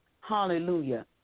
hallelujah